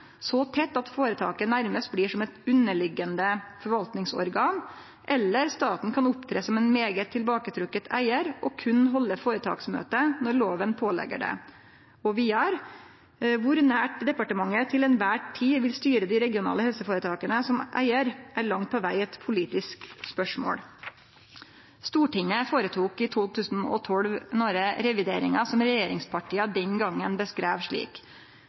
så tett at foretaket nærmest blir som et underliggende forvaltningsorgan, eller staten kan opptre som en meget tilbaketrukket eier og kun holde foretaksmøte når loven pålegger det.» Og vidare: «Hvor nært departementet til enhver tid vil styre de regionale helseforetakene som eier, er langt på vei et politisk spørsmål.» Stortinget gjorde i 2012 nokre revideringar som regjeringspartia den gongen beskreiv slik: